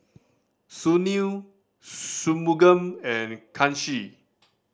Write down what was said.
Sunil Shunmugam and Kanshi